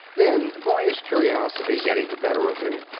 then, boyish curiosity getting the better of him,